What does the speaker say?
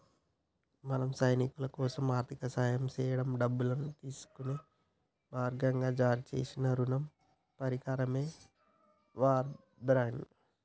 మన సైనికులకోసం ఆర్థిక సాయం సేయడానికి డబ్బును తీసుకునే మార్గంగా జారీ సేసిన రుణ పరికరమే వార్ బాండ్